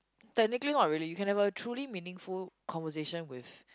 technically not really you can have a truly meaningful conversation with